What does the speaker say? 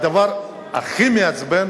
הדבר הכי מעצבן